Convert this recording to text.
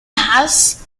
has